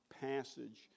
passage